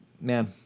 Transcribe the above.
man